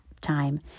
time